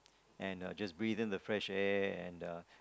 and uh just breathe in the fresh air and uh